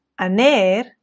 aner